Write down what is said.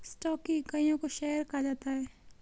stock की इकाइयों को शेयर कहा जाता है